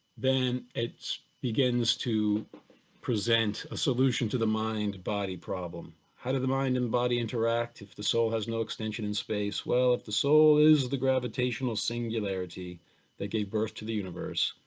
then it's begins to present a solution to the mind body problem. how do the mind and body interact, if the soul has no extension in space. well if the soul is the gravitational singularity that gave birth to the universe,